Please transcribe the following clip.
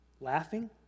laughing